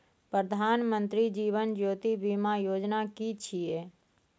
प्रधानमंत्री जीवन ज्योति बीमा योजना कि छिए?